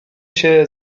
się